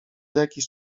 jakiś